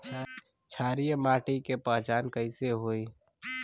क्षारीय माटी के पहचान कैसे होई?